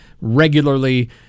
regularly